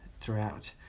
throughout